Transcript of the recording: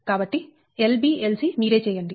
కాబట్టి Lb Lc మీరే చేయండి